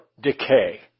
decay